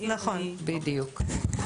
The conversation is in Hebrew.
בדיוק.